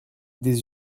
des